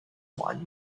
one